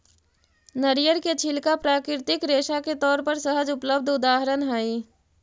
नरियर के छिलका प्राकृतिक रेशा के तौर पर सहज उपलब्ध उदाहरण हई